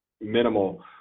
minimal